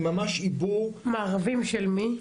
הם ממש עיבו --- מארבים של מי?